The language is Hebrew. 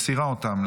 מסירה אותן.